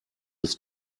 ist